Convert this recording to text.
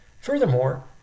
Furthermore